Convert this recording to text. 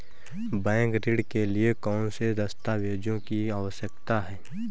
Bank ऋण के लिए कौन से दस्तावेजों की आवश्यकता है?